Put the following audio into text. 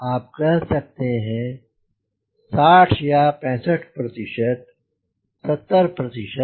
आप कह सकते हो 60 या 65 प्रतिशत 70 प्रतिशत